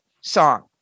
song